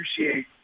appreciate